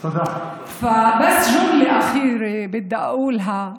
זו שירה חדשה,